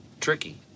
tricky